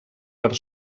per